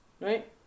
right